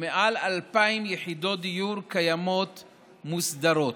ומעל 2,000 יחידות דיור קיימות מוסדרות.